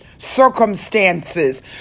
circumstances